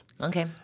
Okay